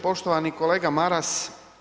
Poštovani kolega Maras.